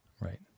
Right